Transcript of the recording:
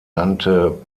nannte